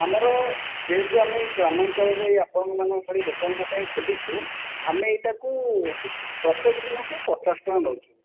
ଆମର ଯେହେତୁ ଆମେ ଗ୍ରାମାଞ୍ଚଳରୁ ଏଇ ଆପଣମାନଙ୍କ ଭଳି ଲୋକଙ୍କ ପାଇଁ ଖୋଲିଛୁ ଆମେ ଏଇଟାକୁ ପ୍ରତ୍ୟେକ ଦିନକୁ ପଚାଶ ଟଙ୍କା ନେଉଛୁ